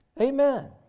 Amen